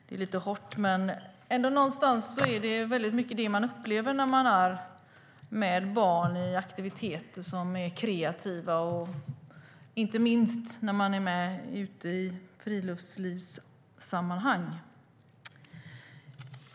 Det är lite hårt, men det liknar det man upplever när man är med barn i kreativa aktiviteter, inte minst ute i friluftslivssammanhang.